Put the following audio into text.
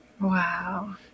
Wow